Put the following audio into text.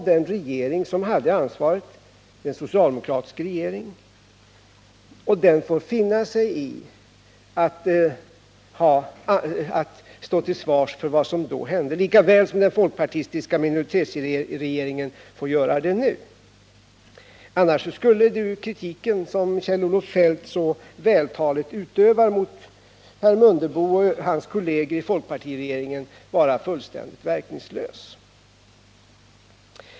Den regering som då hade ansvaret var en socialdemokratisk regering, och den får finna sig i att stå till svars för vad som då hände, lika väl som den folkpartistiska minoritetsregeringen får göra det nu. Annars skulle ju den kritik som Kjell-Olof Feldt så vältaligt riktar mot herr Mundebo och hans kolleger i folkpartiregeringen vara fullständigt verkningslös.